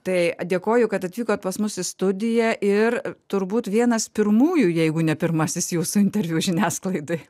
tai dėkoju kad atvykot pas mus į studiją ir turbūt vienas pirmųjų jeigu ne pirmasis jūsų interviu žiniasklaidai